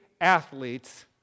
athletes